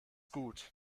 gut